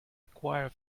acquire